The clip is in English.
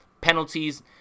penalties